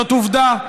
זאת עובדה.